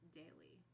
daily